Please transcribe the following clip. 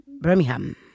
Birmingham